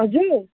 हजुर